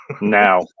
now